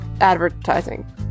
advertising